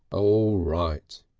all right.